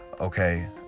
Okay